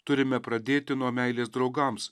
turime pradėti nuo meilės draugams